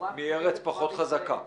מארץ פחות חזקה.